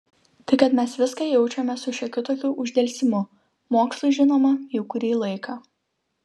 tai kad mes viską jaučiame su šiokiu tokiu uždelsimu mokslui žinoma jau kurį laiką